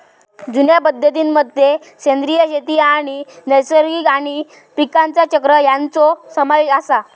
जुन्या पद्धतीं मध्ये सेंद्रिय शेती आणि नैसर्गिक आणि पीकांचा चक्र ह्यांचो समावेश आसा